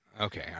Okay